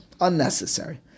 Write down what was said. unnecessary